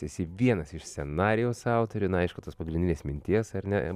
esi vienas iš scenarijaus autorių na aišku tos pagrindinės minties ar ne